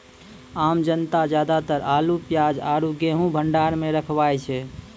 आम जनता ज्यादातर आलू, प्याज आरो गेंहूँ भंडार मॅ रखवाय छै